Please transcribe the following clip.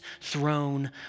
throne